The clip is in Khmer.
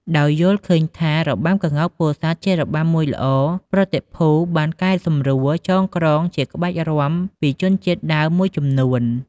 ដោយយល់ឃើញថា របាំក្ងោកពោធិ៍សាត់ជារបាំមួយល្អ ប្រតិភូបានកែសម្រួលចងក្រងជាក្បាច់រាំពីជនជាតិដើមមួយចំនួន។